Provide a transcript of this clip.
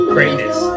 Greatness